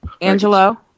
Angelo